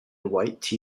white